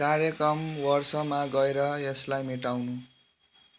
कार्यक्रम वर्षमा गएर यसलाई मेटाउनु